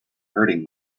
hurting